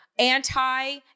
anti